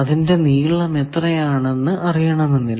അതിന്റെ നീളം എത്രയാണെന്ന് അറിയണമെന്നില്ല